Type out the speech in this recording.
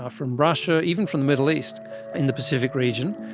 ah from russia, even from the middle east in the pacific region.